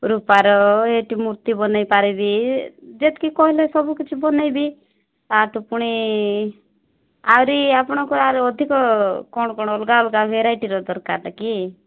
ରୂପାର ଏଇଟି ମୂର୍ତ୍ତି ବନାଇ ପାରିବି ଯେତକି କହିଲେ ସବୁ କିଛି ବନାଇବି ତା'ଠୁ ପୁଣି ଆହୁରି ଆପଣଙ୍କର ଆହୁରି ଅଧିକ କ'ଣ କ'ଣ ଅଲଗା ଅଲଗା ଭେରାଇଟିର ଦରକାର କି